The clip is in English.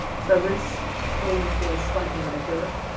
so this only feels slightly ridiculous. oh.